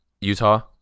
Utah